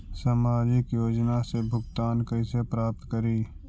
सामाजिक योजना से भुगतान कैसे प्राप्त करी?